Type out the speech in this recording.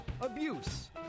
abuse